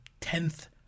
tenth